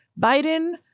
Biden